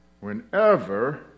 Whenever